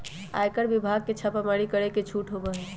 आयकर विभाग के छापेमारी करे के छूट होबा हई